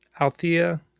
Althea